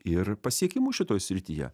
ir pasiekimų šitoj srityje